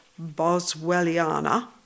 Boswelliana